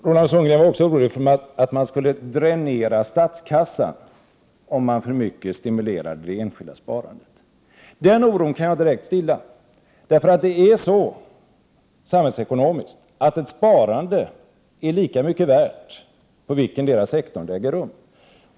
Roland Sundgren var också orolig över att man skulle dränera statskassan om man stimulerade det enskilda sparandet för mycket. Den oron kan jag direkt stilla. Samhällsekonomiskt sett är ett sparande lika mycket värt inom vilken sektor det än äger rum.